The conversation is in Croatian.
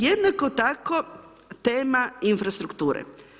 Jednako tako, tema infrastrukture.